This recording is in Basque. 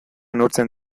neurtzen